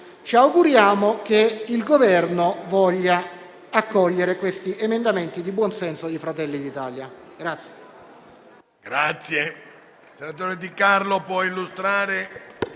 ci auguriamo che il Governo voglia accogliere questi emendamenti di buon senso di Fratelli d'Italia. [DE